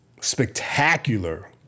spectacular